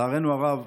לצערנו הרב,